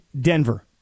Denver